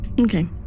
Okay